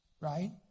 right